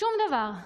שום דבר.